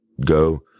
go